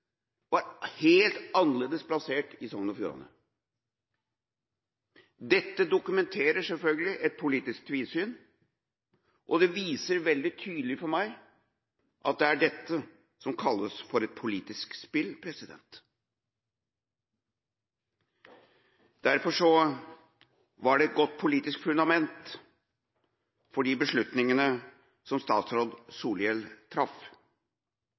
var helt annerledes plassert i Sogn og Fjordane. Dette dokumenterer selvfølgelig et politisk tvisyn, og det viser veldig tydelig for meg at det er dette som kalles for et politisk spill. Derfor var det et godt politisk fundament for de beslutningene som statsråd Solhjell traff.